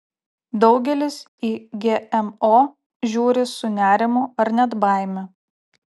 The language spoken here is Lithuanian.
daugelis į gmo žiūri su nerimu ar net baime